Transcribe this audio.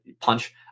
punch